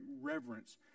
reverence